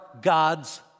God's